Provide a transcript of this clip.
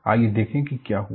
आइए देखें कि क्या हुआ